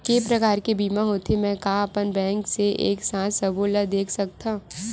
के प्रकार के बीमा होथे मै का अपन बैंक से एक साथ सबो ला देख सकथन?